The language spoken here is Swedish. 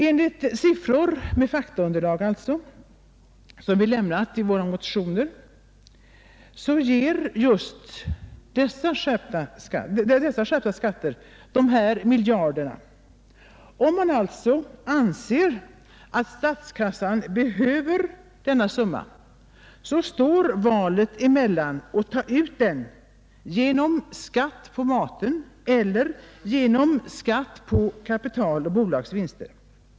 Enligt siffror med faktaunderlag som vi lämnat i våra motioner, ger dessa skärpta skatter de miljarder som behövs. Om man alltså anser att statskassan behöver denna summa, står valet mellan att ta ut dem genom skatt på maten eller genom skatt på kapitaloch bolagsvinster.